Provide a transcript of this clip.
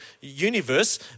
universe